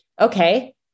okay